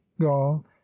gall